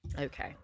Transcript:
Okay